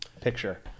picture